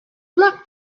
luck